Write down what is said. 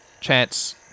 chance